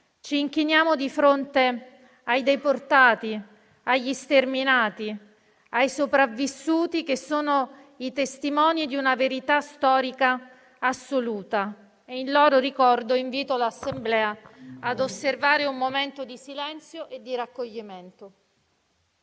Ci inchiniamo di fronte ai deportati, agli sterminati e ai sopravvissuti, che sono i testimoni di una verità storica assoluta. In loro ricordo invito l'Assemblea ad osservare un momento di silenzio e di raccoglimento.